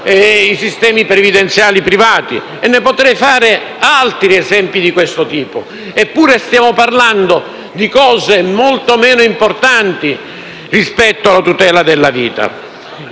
casse previdenziali private. Potrei fare altri esempi di questo tipo. Eppure stiamo parlando di cose molto meno importanti rispetto alla tutela della vita.